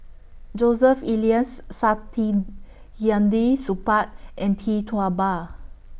Joseph Elias Saktiandi Supaat and Tee Tua Ba